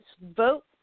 vote